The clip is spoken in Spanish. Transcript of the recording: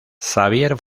xavier